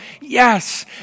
yes